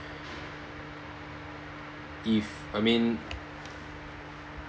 if I mean